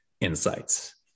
insights